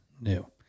new